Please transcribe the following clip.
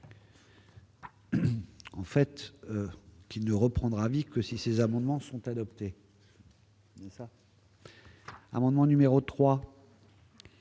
En fait, qui ne reprendra vie que si ces amendements sont adoptés. Amendement numéro 3